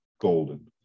golden